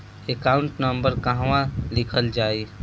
Account number कहवा लिखल जाइ?